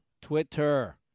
Twitter